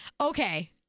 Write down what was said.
Okay